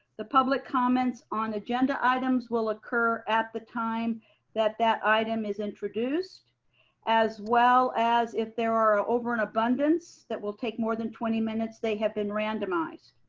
the public comments on agenda items will occur at the time that that item is introduced as well as if there are over an abundance that will take more than twenty minutes. they have been randomized.